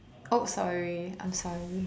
oh sorry I'm sorry